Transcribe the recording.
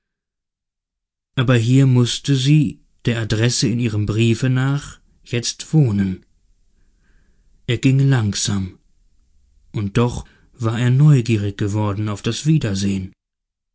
aber hier mußte sie der adresse in ihrem briefe nach jetzt wohnen er ging langsam und doch war er neugierig geworden auf das wiedersehen